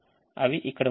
అవి ఇక్కడ ఉన్నాయి